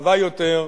הרחבה יותר,